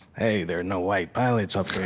hey, there are no white pilots up there.